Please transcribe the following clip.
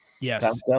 Yes